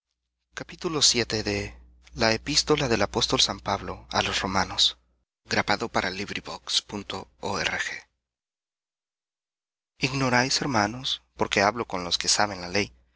ignoráis hermanos porque hablo con los que saben la ley